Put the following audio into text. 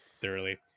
thoroughly